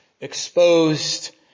exposed